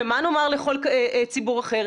ומה נאמר לכל ציבור אחר?